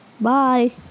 Bye